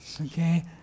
Okay